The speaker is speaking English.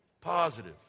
positive